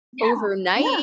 overnight